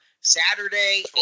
Saturday